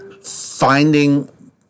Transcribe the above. finding